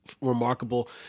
remarkable